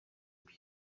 bye